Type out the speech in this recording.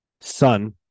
son